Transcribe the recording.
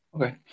Okay